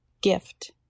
Gift